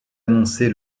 annoncée